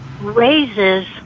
raises